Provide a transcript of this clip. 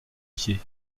pieds